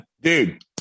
Dude